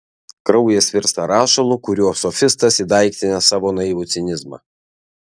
kraujas virsta rašalu kuriuo sofistas įdaiktina savo naivų cinizmą